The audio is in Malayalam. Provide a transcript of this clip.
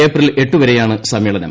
ഏപ്രിൽ എട്ടുവരെയാണ് സമ്മേളനം